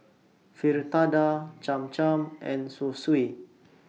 Fritada Cham Cham and Zosui